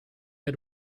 had